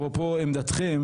אפרופו עמדתכם